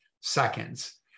seconds